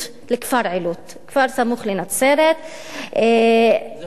לכפר עילוט, כפר הסמוך לנצרת, איזה כפר?